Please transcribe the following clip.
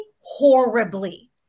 horribly